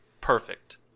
perfect